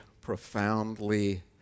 profoundly